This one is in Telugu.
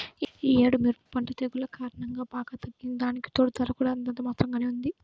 యీ యేడు మిరప పంట తెగుల్ల కారణంగా బాగా తగ్గింది, దానికితోడూ ధర కూడా అంతంత మాత్రంగానే ఉంది